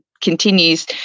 continues